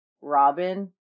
Robin